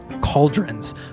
cauldrons